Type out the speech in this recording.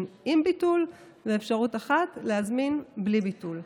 עם ביטול ואפשרות אחת להזמין בלי ביטול.